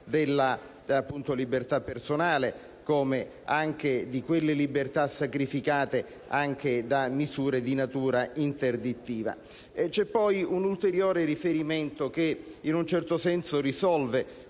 della libertà personale come anche di quelle libertà sacrificate da misure di natura interdittiva. C'è poi un ulteriore riferimento che, in un certo senso, risolve